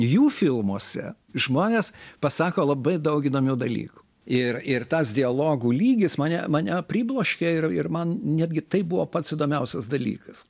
jų filmuose žmonės pasako labai daug įdomių dalykų ir ir tas dialogų lygis mane mane pribloškė ir ir man netgi tai buvo pats įdomiausias dalykas